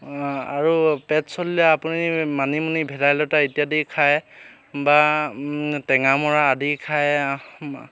আৰু পেট চলিলে আপুনি মানিমুনি ভেদাইলতা ইত্যাদি খায় বা টেঙামৰা আদি খায়